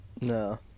No